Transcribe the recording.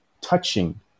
touching